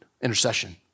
intercession